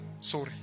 Sorry